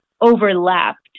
overlapped